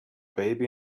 baby